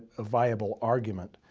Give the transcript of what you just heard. ah viable argument.